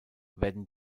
werden